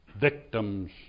victims